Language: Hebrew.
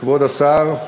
כבוד השר,